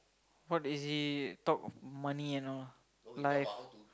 what is it talk money and all life